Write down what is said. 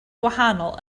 gwahanol